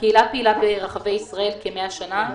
הקהילה פעילה ברחבי ישראל כ-100 שנה,